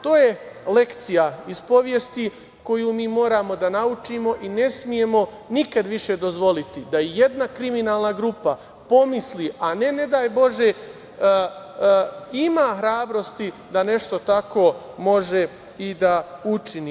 To je lekcija iz istorije koju mi moramo da naučimo i ne smemo nikad više dozvoliti da ijedna kriminalna grupa pomisli, a ne, ne daj Bože, ima hrabrosti da nešto tako može i da učini.